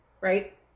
right